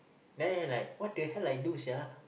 then he like what the hell I do sia